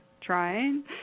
trying